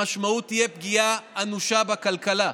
המשמעות תהיה פגיעה אנושה בכלכלה,